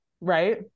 right